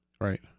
right